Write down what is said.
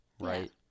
Right